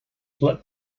let